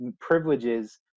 privileges